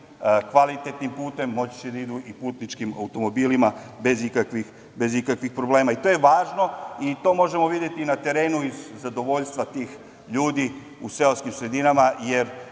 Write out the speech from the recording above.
kvalitetnim putem, moći će da idu i putničkim automobilima bez ikakvih problema. To je važno i to možemo videti i na terenu iz zadovoljstva tih ljudi u seoskim sredinama, jer